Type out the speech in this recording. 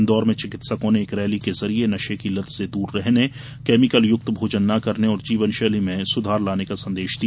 इंदौर में चिकित्सकों ने एक रैली के जरिए नशे की लत से दूर रहने केमिकलयुक्त भोजन न करने और जीवनशैली में सुधार लाने का संदेश दिया